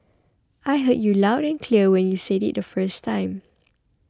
I heard you loud and clear when you said it the first time